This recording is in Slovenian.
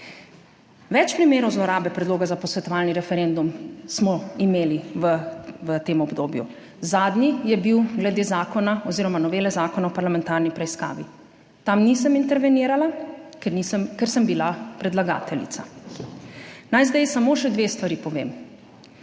Več primerov zlorabe predloga za posvetovalni referendum smo imeli v tem obdobju. Zadnji je bil glede zakona oziroma novele Zakona o parlamentarni preiskavi. Tam nisem intervenirala, ker sem bila predlagateljica. Naj zdaj samo še dve stvari povem.